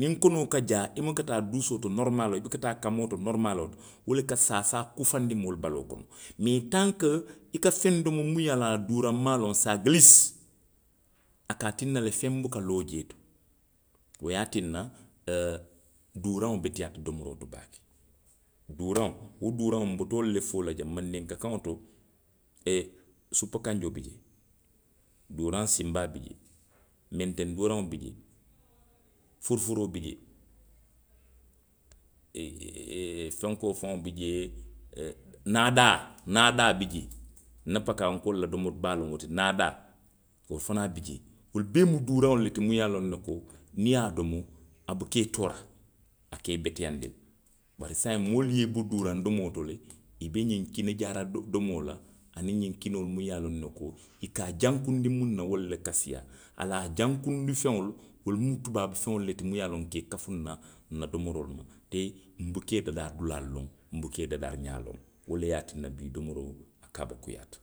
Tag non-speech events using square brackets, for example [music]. Niŋ kono ka jaa, i muka taa duusoo to norimaaloo la. i muka taa kamoo to norimaaloo la, wo le ka saasaa kufandi moolu baloo kono. Mee tanko, i ka feŋ domo muŋ ye a loŋ a duuraŋŋ maa loŋ, saa gilisi, a ka a tinna le feŋ buka loo jee to. Wo ye a tinna. ee, duuraŋo beteyaata domoroo to baake. Duuraŋo, wo duuraŋo, nbota wolu le foo la jaŋ mandinka kaŋo to e supukanjoo bi jee. duuraŋ sinbaa bi jee. menteŋ duuraŋo bi jee. furufuroo bi jee. e, [hesitation] fenkoo fawo bi jee, e, naadaa. nna pakaawunkoolu la domori baa lemu wo ti, naadaa, wo fanaŋ bi jee. Wolu bee mu doraŋolu le ti muŋ ye a loŋ ne ko niŋ i ye a domo, a muka i toora, a ka i beteyaandi le. bari saayiŋ moolu ye i bo duuraŋ domoo to le. i be ňiŋ kini jaara do, domoo la. aniŋ ňiŋ kinoo muŋ ye a loŋ ne ko, i ka a jankunndi muŋ na wolu le ka siiyaa. A la jankunndi feŋolu, wolu mu tubaabufeŋolu le ti munnu ye a loŋ ko nka i kafundaŋ nna domoroolu ma, te nbuka i dadaa dulaalu loŋ, nbuka i dadaari ňaalu loŋ wo le ye a tinna bii domoroo, kaabakuyaata.